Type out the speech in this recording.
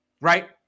right